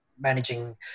managing